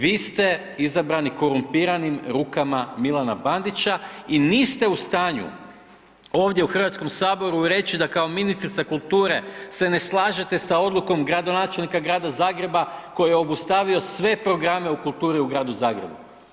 Vi ste izabrani korumpiranim rukama Milana Bandića i niste u stanju ovdje u HS reći da kao ministrica kulture se ne slažete sa odlukom gradonačelnika Grada Zagreba koji je obustavio sve programe u kulturi u Gradu Zagrebu.